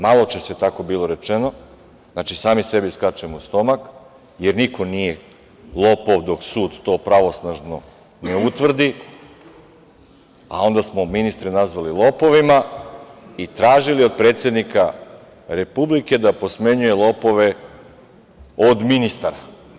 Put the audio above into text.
Maločas je tako bilo rečeno, sami sebi skačemo u stomak, jer niko nije lopov dok sud to pravosnažno ne utvrdi, a onda smo ministre nazvali lopovima i tražili od predsednika Republike da posmenjuje lopove od ministara.